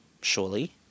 surely